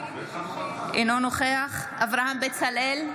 אינו נוכח אברהם בצלאל,